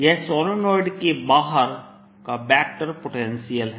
यह सोलेनाइड के बाहर का वेक्टर पोटेंशियल है